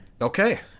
Okay